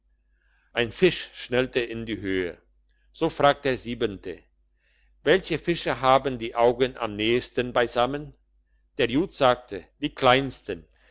ein fisch schnellte in die höhe so fragt der siebente welche fische haben die augen am nächsten beisammen der jud sagte die kleinsten